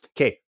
okay